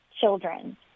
children